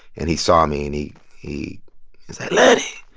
and he saw me. and he he said, lenny.